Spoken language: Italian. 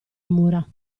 mura